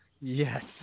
Yes